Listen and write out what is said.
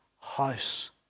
house